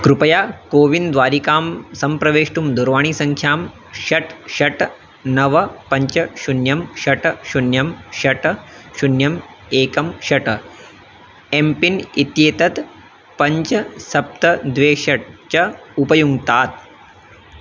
कृपया कोविन् द्वारिकां सम्प्रवेष्टुं दुरवाणीसङ्ख्यां षट् षट् नव पञ्च शून्यं षट् शून्यं षट् शून्यम् एकं षट् एम्पिन् इत्येतत् पञ्च सप्त द्वे षट् च उपयुङ्क्तात्